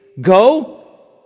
Go